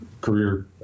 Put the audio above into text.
career